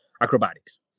acrobatics